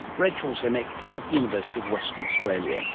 rachael zemek at the university of western australia